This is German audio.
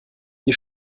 wir